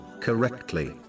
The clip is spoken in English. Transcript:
correctly